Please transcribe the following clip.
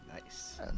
Nice